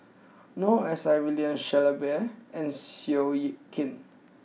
Noor S I William Shellabear and Seow Yit Kin